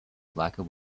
slacker